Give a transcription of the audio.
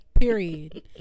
Period